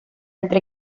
entre